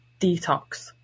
detox